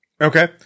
Okay